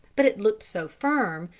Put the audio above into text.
but it looked so firm,